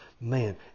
man